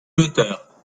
l’auteur